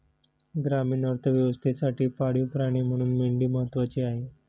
ग्रामीण अर्थव्यवस्थेसाठी पाळीव प्राणी म्हणून मेंढी महत्त्वाची आहे